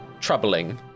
troubling